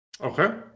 Okay